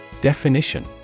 Definition